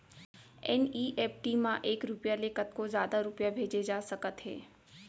NEFT म एक रूपिया ले कतको जादा रूपिया भेजे जा सकत हे